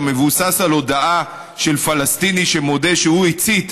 מבוסס על הודאה של פלסטיני שמודה שהוא הצית,